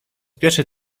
pierwszy